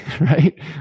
right